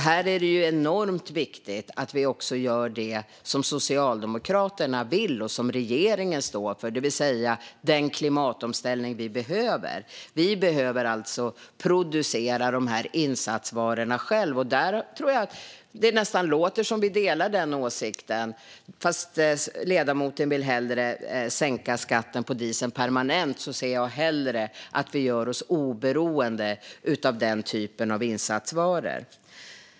Här är det enormt viktigt att vi gör det som Socialdemokraterna vill och som regeringen står för, det vill säga den klimatomställning vi behöver. Vi behöver producera de här insatsvarorna själva. Det låter nästan som att Staffan Eklöf och jag delar den åsikten, men medan ledamoten hellre vill sänka skatten på diesel permanent ser jag hellre att vi gör oss oberoende av den typen av insatsvaror.